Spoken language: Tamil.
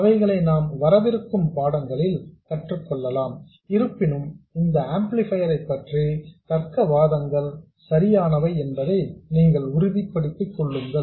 அவைகளை நாம் வரவிருக்கும் பாடங்களில் கற்றுக் கொள்ளலாம் இருப்பினும் இந்த ஆம்ப்ளிபையர் பற்றிய தர்க்க வாதங்கள் சரியானவை என்பதை நீங்கள் உறுதிப்படுத்திக் கொள்ளுங்கள்